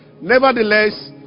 Nevertheless